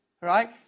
right